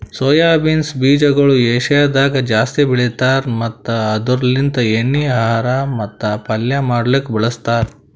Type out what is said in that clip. soya beans ಬೀಜಗೊಳ್ ಏಷ್ಯಾದಾಗ್ ಜಾಸ್ತಿ ಬೆಳಿತಾರ್ ಮತ್ತ ಇದುರ್ ಲಿಂತ್ ಎಣ್ಣಿ, ಆಹಾರ ಮತ್ತ ಪಲ್ಯ ಮಾಡ್ಲುಕ್ ಬಳಸ್ತಾರ್